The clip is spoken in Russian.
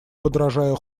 подражая